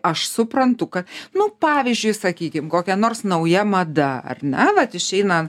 aš suprantu ka nu pavyzdžiui sakykim kokia nors nauja mada ar ne vat išeina